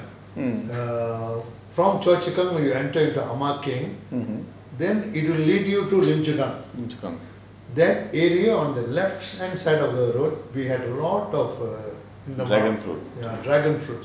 mm lim chu kang